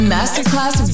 Masterclass